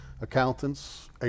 accountants